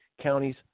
counties